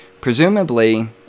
Presumably